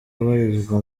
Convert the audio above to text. abarizwa